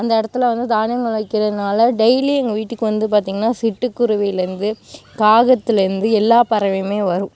அந்த இடத்துல வந்து தானியங்கள் வைக்கிறதுனால் டெய்லி எங்கள் வீட்டுக்கு வந்து பார்த்திங்கனா சிட்டுக்குருவிலந்து காகத்துலந்து எல்லா பறவையுமே வரும்